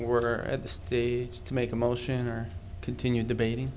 are at the stage to make a motion or continue debating